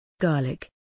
Garlic